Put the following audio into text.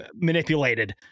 manipulated